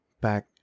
back